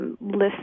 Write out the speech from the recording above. List